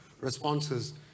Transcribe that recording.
responses